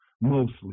mostly